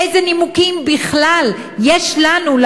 מאיזה נימוקים בכלל יש לנו,